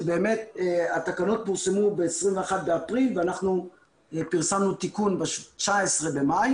התקנות פורסמו ב-21 באפריל ואנחנו פרסמנו תיקון ב-19 במאי